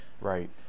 right